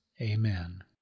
Amen